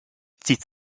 zieht